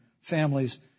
families